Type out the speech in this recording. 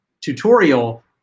tutorial